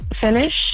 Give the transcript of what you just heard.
finish